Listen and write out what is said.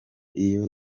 iyo